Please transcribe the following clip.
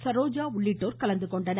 சரோஜா உள்ளிட்டோர் கலந்து கொண்டனர்